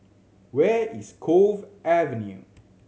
where is Cove Avenue